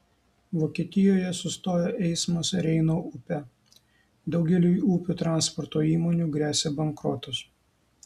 vokietijoje sustojo eismas reino upe daugeliui upių transporto įmonių gresia bankrotas